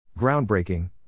Groundbreaking